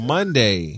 Monday